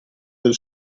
del